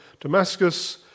Damascus